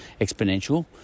Exponential